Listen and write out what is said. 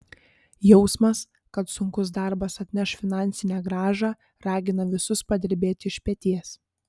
jausmas kad sunkus darbas atneš finansinę grąžą ragina visus padirbėti iš peties